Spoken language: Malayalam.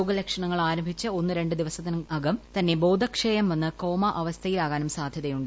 രോഗലക്ഷണങ്ങൾ ആരംഭിച്ച ഒന്നു രണ്ടു ദിവസങ്ങൾക്കകം തന്നെ ബോധക്ഷയം വന്ന് കോമ അവസ്ഥയിലെത്താൻ സാധ്യതയുണ്ട്